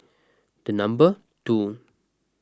the number two